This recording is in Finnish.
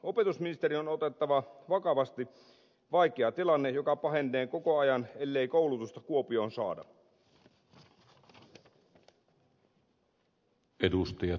opetusministeriön on otettava vakavasti vaikea tilanne joka pahenee koko ajan ellei koulutusta kuopioon saada